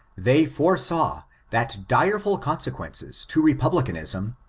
they foresaw that direful codsequences to, republicanism,